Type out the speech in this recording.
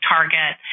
Target